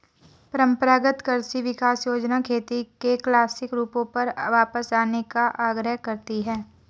परम्परागत कृषि विकास योजना खेती के क्लासिक रूपों पर वापस जाने का आग्रह करती है